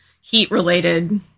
heat-related